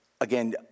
again